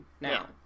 now